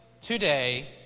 today